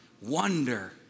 wonder